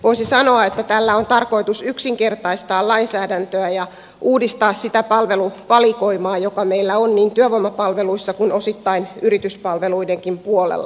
voisi sanoa että tällä on tarkoitus yksinkertaistaa lainsäädäntöä ja uudistaa sitä palveluvalikoimaa joka meillä on niin työvoimapalveluissa kuin osittain yrityspalveluidenkin puolella